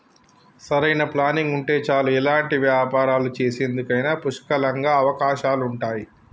సరైన ప్లానింగ్ ఉంటే చాలు ఎలాంటి వ్యాపారాలు చేసేందుకైనా పుష్కలంగా అవకాశాలుంటయ్యి